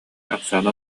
оксана